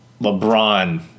LeBron